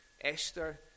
Esther